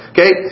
Okay